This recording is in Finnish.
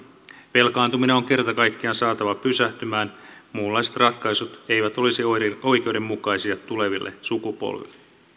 velkaantuminen on kerta kaikkiaan saatava pysähtymään muunlaiset ratkaisut eivät olisi oikeudenmukaisia tuleville sukupolville